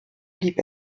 blieb